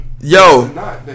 Yo